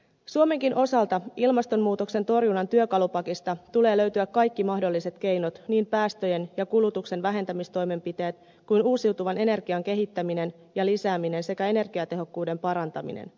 suomenkin osalta ilmastonmuutoksen torjunnan työkalupakista tulee löytyä kaikki mahdolliset keinot niin päästöjen ja kulutuksen vähentämistoimenpiteet kuin uusiutuvan energian kehittäminen ja lisääminen sekä energiatehokkuuden parantaminen